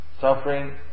suffering